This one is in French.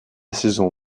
saison